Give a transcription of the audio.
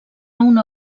una